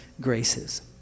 graces